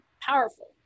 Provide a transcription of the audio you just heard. powerful